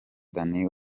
danny